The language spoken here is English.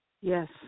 Yes